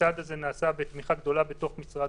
הצעד הזה נעשה בתמיכה רחבה בתוך משרד